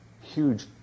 huge